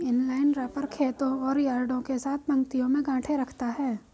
inline wrapper खेतों और यार्डों के साथ पंक्तियों में गांठें रखता है